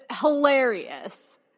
Hilarious